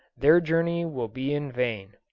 their journey will be in vain.